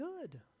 good